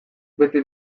beti